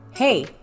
Hey